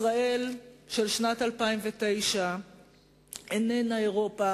ישראל של שנת 2009 איננה אירופה